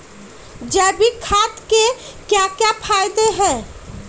जैविक खाद के क्या क्या फायदे हैं?